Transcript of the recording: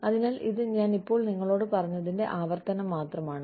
അതിനാൽ ഇത് ഞാൻ ഇപ്പോൾ നിങ്ങളോട് പറഞ്ഞതിന്റെ ആവർത്തനം മാത്രമാണ്